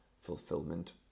fulfillment